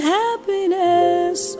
happiness